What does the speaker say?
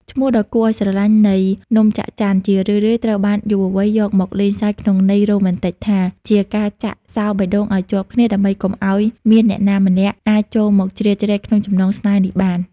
ឈ្មោះដ៏គួរឱ្យស្រឡាញ់នៃ «នំចាក់ច័ន» ជារឿយៗត្រូវបានយុវវ័យយកមកលេងសើចក្នុងន័យរ៉ូមែនទិកថា ជាការចាក់សោរបេះដូងឱ្យជាប់គ្នា ដើម្បីកុំឱ្យមានអ្នកណាម្នាក់អាចចូលមកជ្រៀតជ្រែកក្នុងចំណងស្នេហ៍នេះបាន។